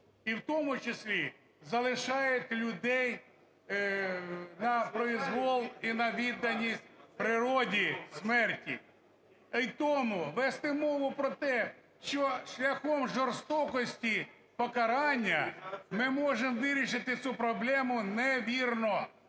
І в тому числі залишають людей на проізвол і на відданість природі – смерті. І тому вести мову про те, що шляхом жорстокості покарання ми можемо вирішити цю проблему, невірно.